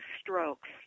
strokes